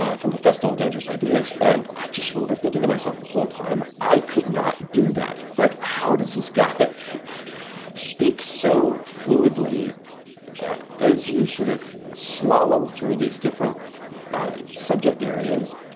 ah from the festival of dangerous ideas. and i just remember thinking to myself the whole time i could not do that like how does this guy speak so fluidly as you sort of slalom through these different subject areas.